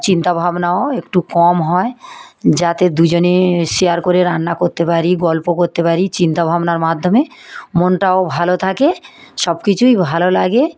চিন্তা ভাবনাও একটু কম হয় যাতে দুজনে শেয়ার করে রান্না করতে পারি গল্প করতে পারি চিন্তা ভাবনার মাধ্যমে মনটাও ভালো থাকে সব কিছুই ভালো লাগে